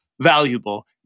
valuable